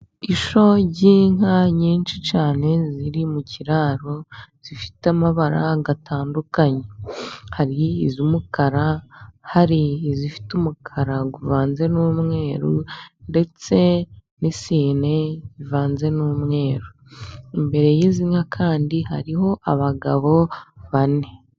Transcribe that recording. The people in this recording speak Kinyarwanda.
Ishyo ry'inka nyinshi cyane ziri mu kiraro zifite amabara atandukanye hari iz'umukara, hari izifite umukara uvanze n'umweru, ndetse n'isine ivanze n'umweru, imbere y'izi nka kandi hariho abagabo bane.